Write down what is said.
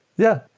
yeah.